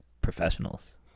professionals